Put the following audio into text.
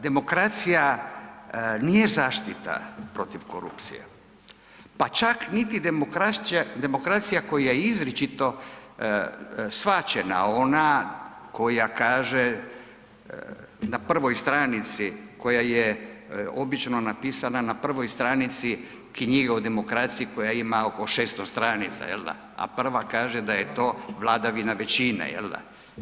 Demokracija nije zaštita protiv korupcije, pa čak niti demokracija koja je izričito shvaćena, ona koja kaže na prvoj stranici koja je obično napisana na prvoj stranici knjige o demokraciji koja ima oko 600 stranica, jel da, a prva kaže da je to vladavina većine, jel da.